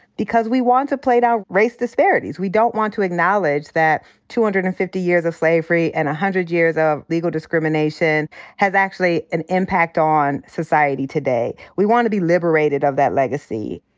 because we want to play down race disparities. we don't want to acknowledge that two hundred and fifty years of slavery and a hundred years of legal discrimination has actually an impact on society today. we wanna be liberated of that legacy.